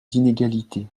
d’inégalité